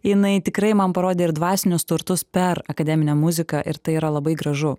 jinai tikrai man parodė ir dvasinius turtus per akademinę muziką ir tai yra labai gražu